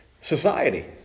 society